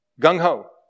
gung-ho